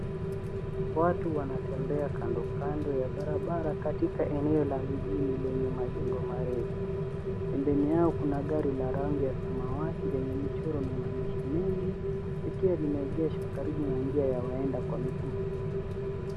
Watu wanatembea kando kando ya barabara katika eneo la mijini lenye majengo marefu. Pembeni yao kuna gari la rangi ya samawati yenye michoro na maandishi mengi, likiwa limeegeshwa karibu na njia ya waenda kwa miguu.